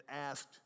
asked